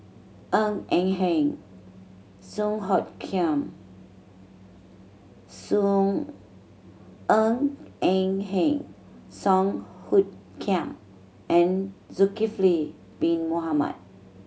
Ng Eng Hen Song Hoot Kiam Song Ng Eng Hen Song Hoot Kiam and Zulkifli Bin Mohamed